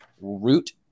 root